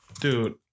dude